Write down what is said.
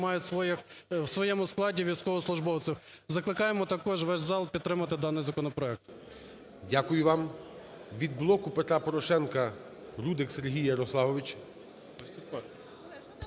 мають у своєму складі військовослужбовців. Закликаємо також весь зал підтримати даний законопроект. ГОЛОВУЮЧИЙ. Дякую вам. Від "Блоку Петра Порошенка" Рудик Сергій Ярославович.